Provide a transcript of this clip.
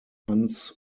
hans